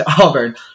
Auburn